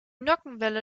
nockenwelle